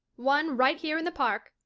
one right here in the park,